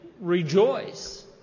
rejoice